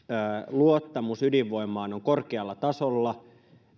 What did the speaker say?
luottamus ydinvoimaan on korkealla tasolla